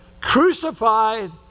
crucified